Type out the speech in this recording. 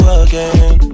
again